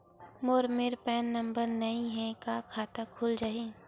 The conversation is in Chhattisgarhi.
मोर मेर पैन नंबर नई हे का खाता खुल जाही?